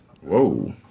whoa